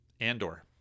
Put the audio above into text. Andor